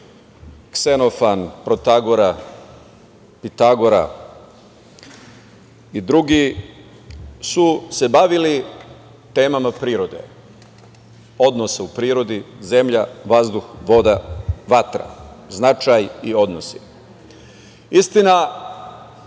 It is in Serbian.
Ksenofan, Protagora i Tagora i drugi, su se bavili temama prirode, odnosa u prirodi, zemlja, vazduh, voda, vatra. Značaj i odnosi. Istina,